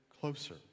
closer